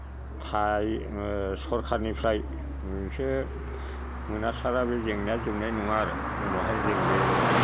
खाय सरकारनिफ्राय मोनसे मोनासारा बे जेंनाया जोबनाय नङा आरो उनावहाय जों बे